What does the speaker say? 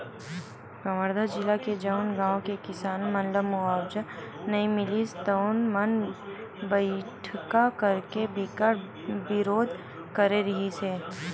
कवर्धा जिला के जउन गाँव के किसान मन ल मुवावजा नइ मिलिस तउन मन बइठका करके बिकट बिरोध करे रिहिस हे